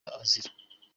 azira